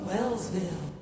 Wellsville